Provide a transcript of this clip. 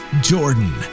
Jordan